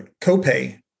copay